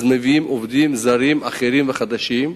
מביאים עובדים זרים אחרים וחדשים.